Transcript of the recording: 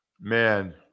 Man